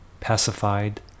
pacified